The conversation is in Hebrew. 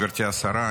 גברתי השרה,